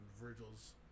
Virgil's